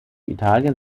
italien